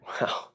Wow